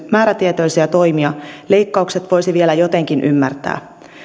määrätietoisia toimia leikkaukset voisi vielä jotenkin ymmärtää